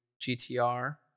GTR